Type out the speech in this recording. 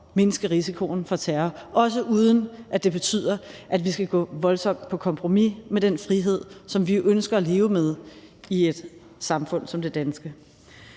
mindske risikoen for terror, også uden at det betyder, at vi skal gå voldsomt på kompromis med den frihed, som vi ønsker at leve med i et samfund som det danske.